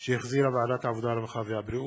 שהחזירה ועדת העבודה, הרווחה והבריאות.